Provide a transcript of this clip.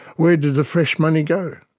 where did the fresh money go?